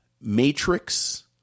Matrix